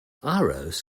arrows